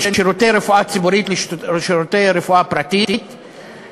שירותי הרפואה הציבורית לשירותי הרפואה הפרטית,